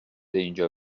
اینجا